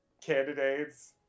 candidates